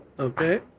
Okay